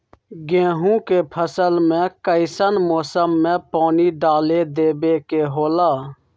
गेहूं के फसल में कइसन मौसम में पानी डालें देबे के होला?